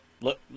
Look